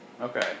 Okay